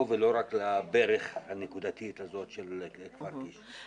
ולא רק לברך הנקודתית הזאת של כפר קיש.